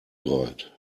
breit